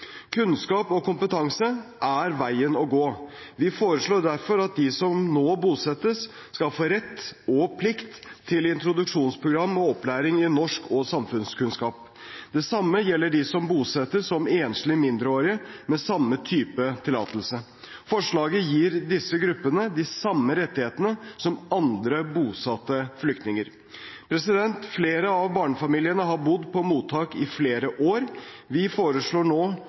Kunnskap og kompetanse er veien å gå. Vi foreslår derfor at de som nå bosettes, skal få rett og plikt til introduksjonsprogram og opplæring i norsk og samfunnskunnskap. Det samme gjelder dem som bosettes som enslige mindreårige med samme type tillatelse. Forslaget gir disse gruppene de samme rettighetene som andre bosatte flyktninger. Flere av barnefamiliene har bodd på mottak i flere år. Vi foreslår nå